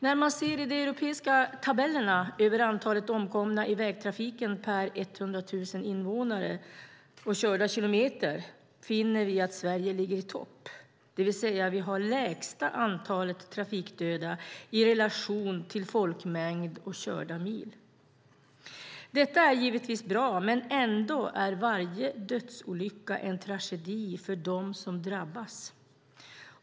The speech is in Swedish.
När vi ser efter i de europeiska tabellerna över antalet omkomna i vägtrafiken per 100 000 invånare och körda kilometer finner vi att Sverige ligger i topp, det vill säga att vi har lägsta antalet trafikdöda i relation till folkmängd och körda mil. Detta är givetvis bra, men ändå är varje dödsolycka en tragedi för dem som drabbas.